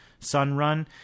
Sunrun